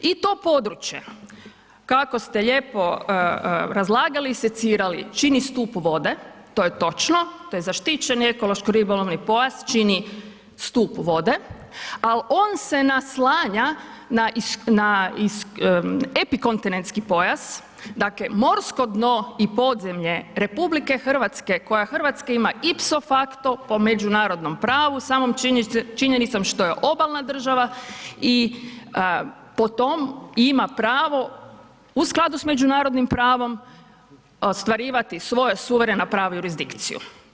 I to područje kako ste lijepo razlagali i sicirali čini stup vode, to je točno, to je zaštićeni ekološko ribolovni pojas čini stup vode, al on se naslanja na epikontinentski pojas, dakle morsko dno i podzemlje RH koja Hrvatska ima ipso facto po međunarodnom pravu samom činjenicom što je obalna država i po tom ima pravo u skladu s međunarodnim pravom ostvarivati svoje suvereno pravo jurisdikciju.